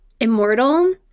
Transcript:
immortal